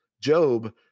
Job